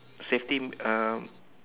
safety um